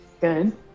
good